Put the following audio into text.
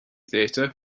theatre